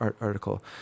article